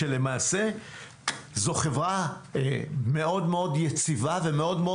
שלמעשה זו חברה מאוד מאוד יציבה ומאוד מאוד